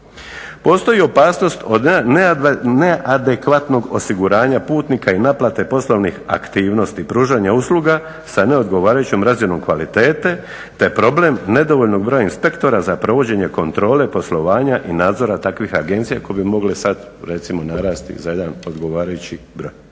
Postoji opasnost od neadekvatnog osiguranja putnika i naplate poslovnih aktivnosti pružanja usluga sa ne odgovarajućom razinom kvalitete te problem nedovoljnog broja inspektora za provođenje kontrole poslova i nadzora takvih agencija koje bi mogle sada recimo narasti za jedan odgovarajući broj.